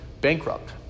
bankrupt